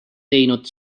teinud